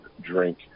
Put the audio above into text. drink